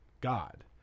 God